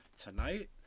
Tonight